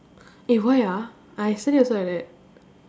eh why ah I yesterday also like that